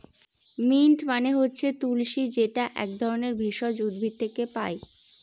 mint মানে হচ্ছে তুলশী যেটা এক ধরনের ভেষজ উদ্ভিদ থেকে পায়